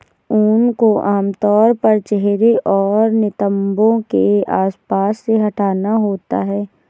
ऊन को आमतौर पर चेहरे और नितंबों के आसपास से हटाना होता है